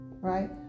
right